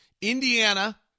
Indiana